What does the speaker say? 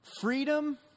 Freedom